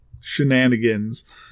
shenanigans